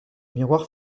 miroir